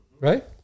Right